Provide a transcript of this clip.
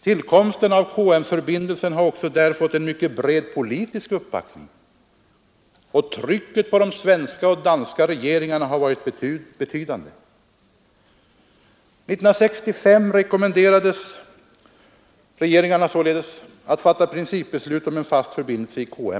Tillkomsten av KM-förbindelsen har också där fått en mycket bred politisk uppbackning, och trycket på de svenska och danska regeringarna har varit betydande. År 1965 rekommenderades regeringarna på nytt att fatta principbeslut om en fast förbindelse i KM-läget.